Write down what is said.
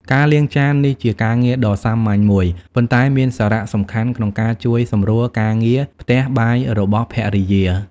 ការលាងចាន នេះជាការងារដ៏សាមញ្ញមួយ ប៉ុន្តែមានសារៈសំខាន់ក្នុងការជួយសម្រួលការងារផ្ទះបាយរបស់ភរិយា។